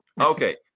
Okay